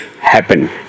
happen